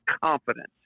confidence